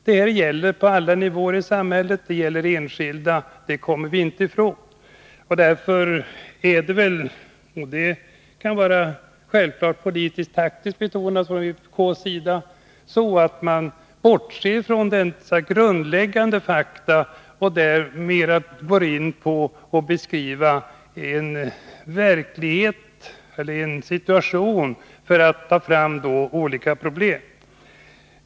Detta gäller på alla nivåer i samhället, det gäller enskilda — det kommer vi inte ifrån. Därför är det väl så, och det kan självfallet vara politiskt taktiskt betonat från vpk:s sida, att man bortser från alla dessa grundläggande fakta och mer går in på att beskriva en situation för att ta fram olika problem.